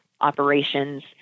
operations